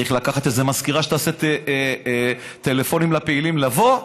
צריך לקחת איזו מזכירה שתעשה טלפונים לפעילים לבוא,